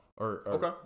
Okay